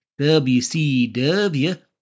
WCW